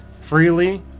freely